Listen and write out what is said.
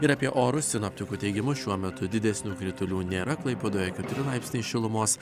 ir apie orus sinoptikų teigimu šiuo metu didesnių kritulių nėra klaipėdoje keturi laipsniai šilumos